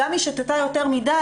גם אם היא שתתה יותר מדי,